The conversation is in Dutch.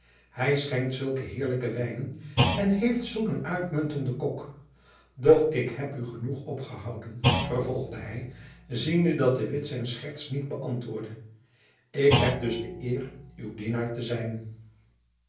hy schenkt zulke heerlijke wijnen en heeft zulk een uitmuntenden kok doch ik heb u genoeg opgehouden vervolgde hy ziende dat de witt zijn scherts niet beantwoordde ik heb dus de eer uw dienaar te zijn